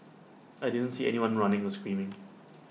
I didn't see anyone running or screaming